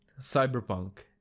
Cyberpunk